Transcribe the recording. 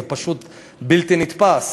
זה פשוט בלתי נתפס,